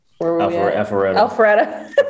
Alpharetta